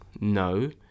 No